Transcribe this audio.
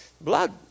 Blood